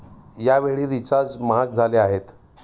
यावेळी रिचार्ज महाग झाले आहेत